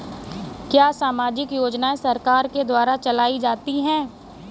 क्या सामाजिक योजनाएँ सरकार के द्वारा चलाई जाती हैं?